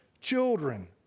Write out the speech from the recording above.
children